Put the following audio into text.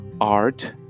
art